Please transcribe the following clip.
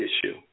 issue